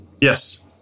Yes